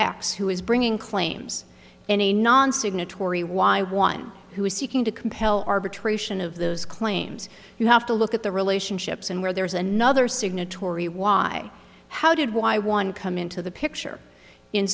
x who is bringing claims in a non signatory why one who is seeking to compel arbitration of those claims you have to look at the relationships and where there is another signatory why how did why one come into the picture in